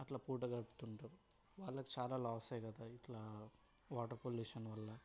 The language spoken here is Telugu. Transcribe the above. అట్ల పూట గడుపుతుంటరు వాళ్ళకు చాలా లాసే కదా ఇట్లా వాటర్ పొల్యూషన్ వల్ల